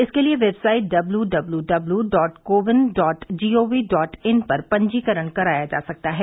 इसके लिए website W W W W dot CoWIN dot gov dot in पर पंजीकरण कराया जा सकता है